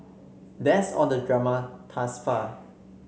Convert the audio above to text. that's all the drama thus far